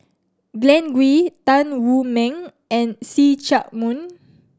Glen Goei Tan Wu Meng and See Chak Mun